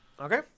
Okay